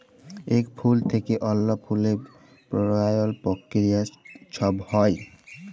ইক ফুল থ্যাইকে অল্য ফুলে পরাগায়ল পক্রিয়া ছব হ্যয়